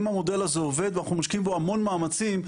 אם המודל הזה עובד ואנחנו משקיעים בו המון מאמצים,